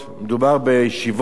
מדובר בישיבות,